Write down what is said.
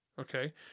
Okay